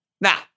Now